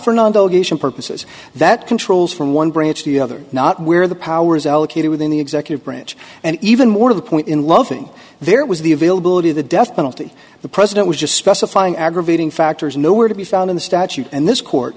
delegation purposes that controls from one branch the other not where the power is allocated within the executive branch and even more to the point in loving there was the availability of the death penalty the president was just specifying aggravating factors nowhere to be found in the statute and this court